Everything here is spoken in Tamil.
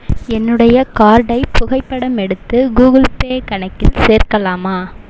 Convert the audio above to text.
என்னுடைய கார்டை புகைப்படம் எடுத்து கூகிள் பே கணக்கில் சேர்க்கலாமா